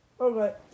Okay